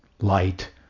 light